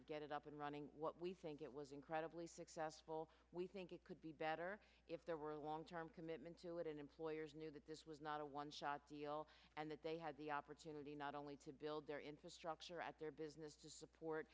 of get it up and running what we think it was incredibly successful we think it could be better if there were a long term commitment to it and employers knew that this was not a one shot deal and that they had the opportunity not only to build their infrastructure at their business to support